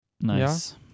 nice